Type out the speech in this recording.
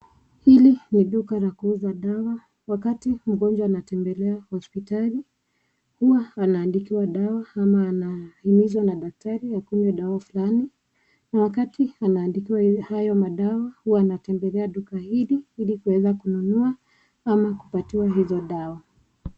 Hili ni duka la kuuza dawa, wakati mgonjwa anatembelea hospitali, huwa anaandikiwa dawa ama anahimizwa na daktari, akunywe dawa fulani, na wakati anaandikiwa hayo madawa huwa anatembelea duka hili, ili kuweza kununua ama kupatiwa hizo dawa.